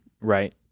right